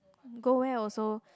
go where also